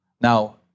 Now